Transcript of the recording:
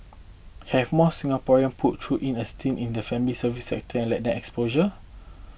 have more Singaporean put through in a stint in the family service sector let them exposure